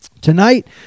tonight